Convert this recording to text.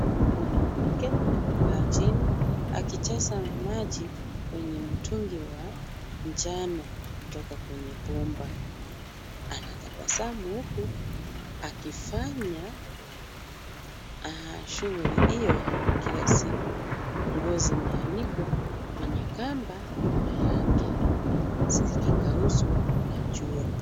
Mwanamke amekaa chini akijaza maji kwenye mtungi wa njano kutoka kwenye bomba, anatabasamu huku akifanya shughuli hiyo ya kila siku. Nguo zimeanikwa kwenye kamba nyuma yake, zikikaushwa na jua.